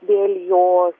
dėl jos